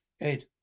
ed